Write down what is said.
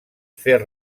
fer